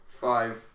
Five